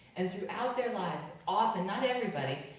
and throughout their lives often, not everybody,